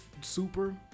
super